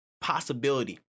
possibility